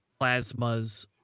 plasmas